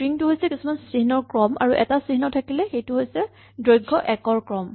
string টো হৈছে কিছুমান চিহ্নৰ ক্ৰম আৰু এটা চিহ্ন থাকিলে সেইটো হৈছে দৈৰ্ঘ ১ ৰ ক্ৰম